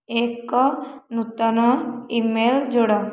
ଏକ ନୂତନ ଇମେଲ୍ ଯୋଡ଼